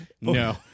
no